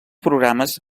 programes